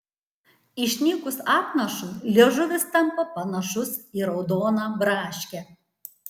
išnykus apnašui liežuvis tampa panašus į raudoną braškę